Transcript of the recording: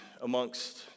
amongst